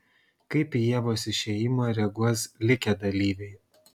kaip į ievos išėjimą reaguos likę dalyviai